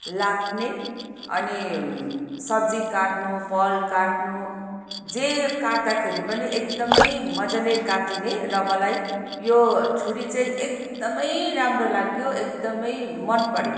लाग्ने अनि सब्जी काट्नु फल काट्नु जे काट्दाखेरि पनि एकदमै मजाले काटिने र मलाई यो छुरी चाहिँ एकदमै राम्रो लाग्यो एकदमै मनपर्यो